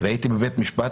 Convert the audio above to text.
והייתי בבית משפט.